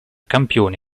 campione